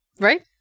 Right